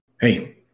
Hey